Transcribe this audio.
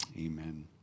amen